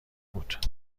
بود